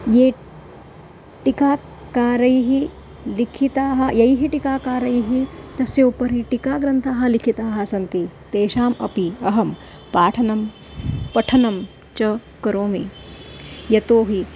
ये टीकाकारैः लिखिताः यैः टीकाकारैः तस्य उपरि टीकाग्रन्थाः लिखिताः सन्ति तेषाम् अपि अहं पाठनं पठनं च करोमि यतो हि